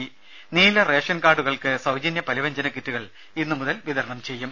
ത നീല റേഷൻ കാർഡുകൾക്ക് സൌജന്യ പലവ്യഞ്ജന കിറ്റുകൾ ഇന്നുമുതൽ വിതരണം ചെയ്യും